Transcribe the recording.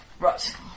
Right